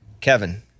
Kevin